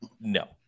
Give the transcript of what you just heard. no